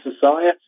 society